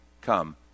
come